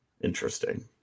interesting